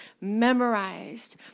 memorized